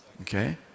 Okay